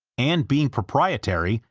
and being proprietary,